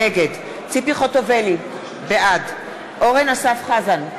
נגד ציפי חוטובלי, בעד אורן אסף חזן,